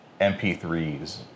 MP3s